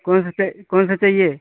कौनसा चा कौनसा चाहिए